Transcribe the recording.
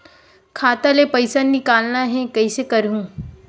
खाता ले पईसा निकालना हे, कइसे करहूं?